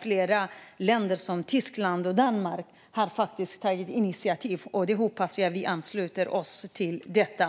Flera länder, som Tyskland och Danmark, har tagit sådana initiativ, och jag hoppas att vi ansluter oss till dem.